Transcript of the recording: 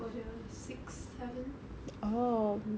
like when I was six seven